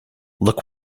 look